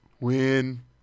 win